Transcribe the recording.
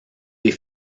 des